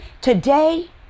Today